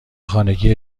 خانگی